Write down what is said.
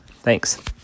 Thanks